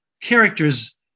characters